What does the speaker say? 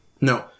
No